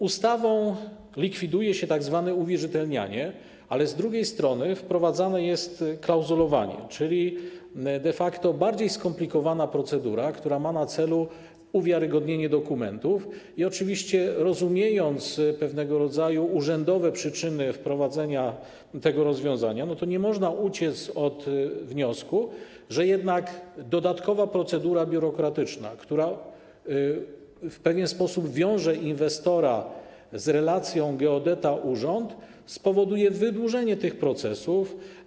Ustawą likwiduje się tzw. uwierzytelnianie, ale z drugiej strony wprowadzane jest klauzulowanie, czyli de facto bardziej skomplikowana procedura, która ma na celu uwiarygodnienie dokumentów, i oczywiście rozumiejąc pewnego rodzaju urzędowe przyczyny wprowadzenia tego rozwiązania, nie można uciec od wniosku, że jednak dodatkowa procedura biurokratyczna, która w pewien sposób wiąże inwestora z relacją geodeta - urząd, spowoduje wydłużenie tych procesów.